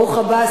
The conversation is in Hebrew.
ברוך הבא,